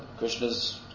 Krishna's